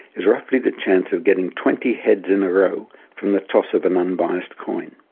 is roughly the chance of getting twenty heads in a row from the toss of an unbiased coin.